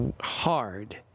hard